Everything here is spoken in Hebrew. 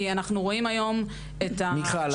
כי אנחנו רואים היום את ההשלכות --- מיכל,